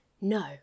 No